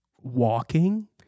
walking